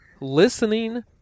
listening